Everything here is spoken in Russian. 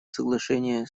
соглашения